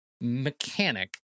mechanic